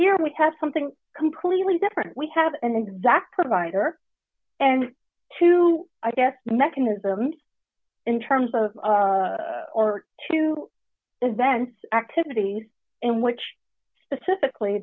here we have something completely different we have an exact provider and two i guess mechanisms in terms of or two events activities in which specifically